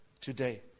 today